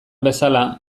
bezala